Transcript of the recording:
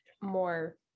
more